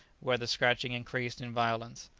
where the scratching increased in violence.